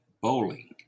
bowling